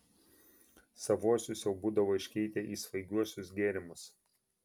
savuosius jau būdavo iškeitę į svaigiuosius gėrimus